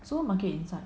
supermarket inside